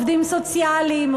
עובדים סוציאליים,